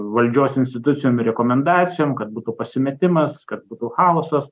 valdžios institucijom ir rekomendacijom kad būtų pasimetimas kad būtų chaosas